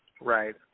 Right